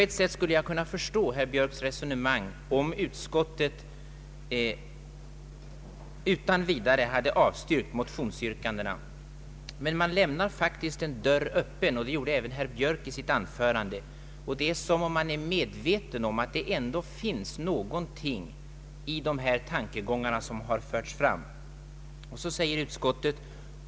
Jag skulle kunna förstå herr Björks resonemang, om utskottet utan vidare hade avstyrkt motionsyrkandena. Men utskottet lämnar faktiskt en dörr öppen, och det gjorde även herr Björk i sitt anförande. Det är som om man är medveten om att det ändå finns någonting i de tankegångar som framförts av reservanterna.